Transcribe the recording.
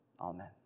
Amen